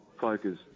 focus